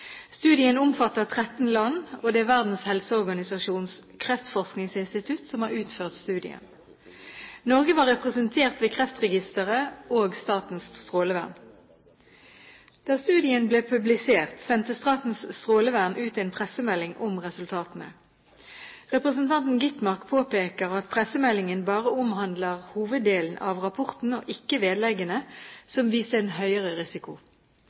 Studien omfatter 13 land, og det er Verdens helseorganisasjons kreftforskningsinstitutt som har utført studien. Norge var representert ved Kreftregisteret og Statens strålevern. Da studien ble publisert, sendte Statens strålevern ut en pressemelding om resultatene. Representanten Gitmark påpeker at pressemeldingen bare omhandler hoveddelen av rapporten og ikke vedleggene – som viste en høyere risiko.